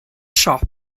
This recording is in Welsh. siop